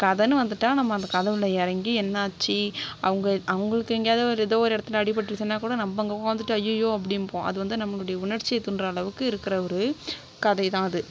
கதைனு வந்துட்டால் நம்ம அந்த கதை உள்ள இறங்கி என்னாச்சு அவங்க அவங்களுக்கு எங்கேயாவுது எதோ ஒரு இடத்துல அடிபட்டுருச்சுனாக்கூட நம்ம இங்கே உட்கார்ந்துட்டு அய்யய்யோ அப்படிம்போம் அது வந்து நம்மளுடைய உணர்ச்சியை தூண்டுகிற அளவுக்கு இருக்கிற ஒரு கதை தான் அது